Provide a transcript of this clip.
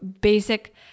basic